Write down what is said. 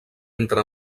entre